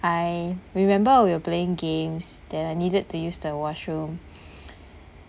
I remember we were playing games then I needed to use the washroom